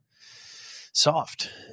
soft